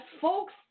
folks